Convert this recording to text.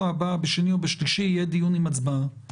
הבא בשני או בשלישי יהיה דיון עם הצבעה.